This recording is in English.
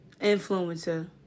Influencer